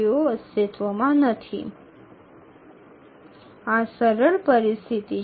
এটি সহজতম পরিস্থিতি